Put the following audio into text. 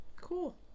Cool